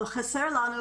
אבל חסר לנו